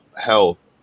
health